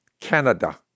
Canada